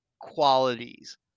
qualities